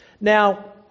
Now